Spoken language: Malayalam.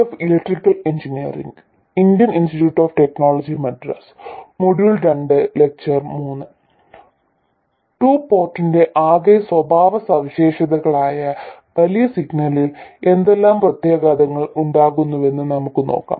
ടു പോർട്ടിന്റെ ആകെ സ്വഭാവസവിശേഷതകളായ വലിയ സിഗ്നലിൽ എന്തെല്ലാം പ്രത്യാഘാതങ്ങൾ ഉണ്ടാകുമെന്ന് നമുക്ക് നോക്കാം